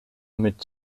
mit